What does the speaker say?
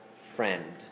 friend